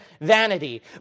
vanity